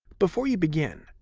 before you begin,